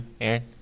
Aaron